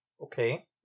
Okay